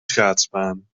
schaatsbaan